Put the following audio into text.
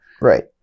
Right